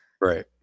right